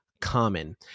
common